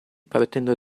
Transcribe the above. partendo